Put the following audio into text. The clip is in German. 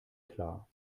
klar